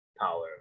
power